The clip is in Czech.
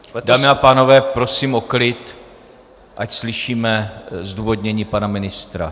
Dámy a pánové, prosím o klid, ať slyšíme zdůvodnění pana ministra.